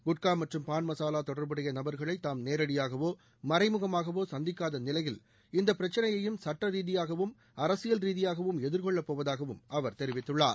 குட்கா மற்றும் பான் மசாலா தொடர்புடைய நபர்களை தாம் நேரடியாகவோ மறைமுகமாகவோ சந்திக்காத நிலையில் இந்தப் பிரச்னையையும் சுட்ட ரீதியாகவும் அரசியல் ரீதியாகவும் எதிர்கொள்ளப் போவதாகவும் அவர் தெரிவித்துள்ளார்